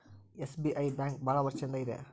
SBI bank ಭಾಳ ವರ್ಷ ಇಂದ ಇದೆ